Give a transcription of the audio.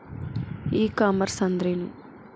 E commerce ಅಂದ್ರೇನು?